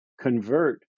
convert